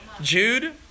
Jude